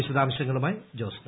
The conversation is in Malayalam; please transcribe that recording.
വിശദാംശ്ങ്ങളുമായി ജോസ്ന